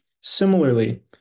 Similarly